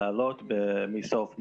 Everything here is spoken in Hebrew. לעלות בסוף מאי.